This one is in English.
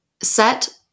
set